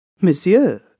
Monsieur